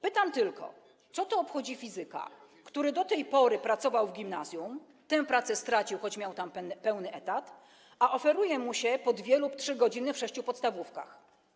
Pytam tylko, co to obchodzi fizyka, który do tej pory pracował w gimnazjum, tę pracę stracił, choć miał tam pełny etat, a oferuje mu się po 2 lub 3 godziny w sześciu podstawówkach.